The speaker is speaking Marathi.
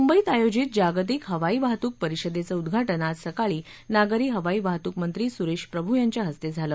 मुंबईत आयोजित जागतिक हवाई वाहतूक परिषदेचं उद्घाटन आज सकाळी नागरी हवाई वाहतूक मंत्री सुरेश प्रभू यांच्या हस्ते झालं